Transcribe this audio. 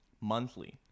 Monthly